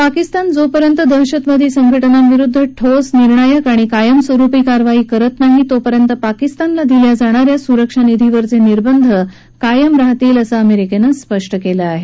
पाकिस्तान जोपर्यंत दहशतवादी संघटनांविरुद्ध ठोस निर्णायक आणि कायमस्वरुपी कारवाई करत नाही तोपर्यंत पाकिस्तानला दिल्या जाणा या सुरक्षानिधीवरचे निर्बंध हटवले जाणार नाहीत असं अमेरिकेनं स्पष्ट केलं आहे